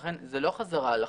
לכן זאת לא חזרה על החוק.